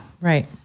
Right